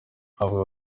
avuga